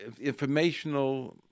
informational